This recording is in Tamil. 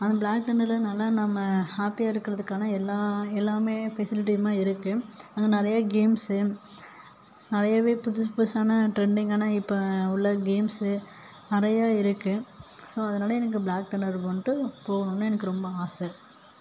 அந்த பிளாக் தண்டரில் நல்லா நம்ப ஹாப்பியாக இருக்கிறதுக்கான எல்லா எல்லாமே ஃபேசிட்டிசும் இருக்குது அங்க நிறைய கேம்சு நிறையவே புதுசு புதுசான ட்ரெண்டிங்கான இப்போ உள்ள கேம்சு நிறைய இருக்குது ஸோ அதனால எனக்கு பிளாக் தண்டர் போணுன்டு போகணுன்னு எனக்கு ரொம்ப ஆசை